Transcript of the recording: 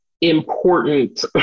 important